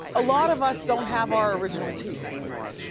a lot of us don't have our original teeth anymore.